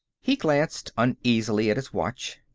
he glanced uneasily at his watch.